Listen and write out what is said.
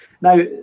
Now